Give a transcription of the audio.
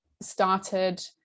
started